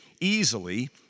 easily